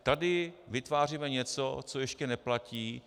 Tady vytváříme něco, co ještě neplatí.